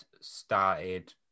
started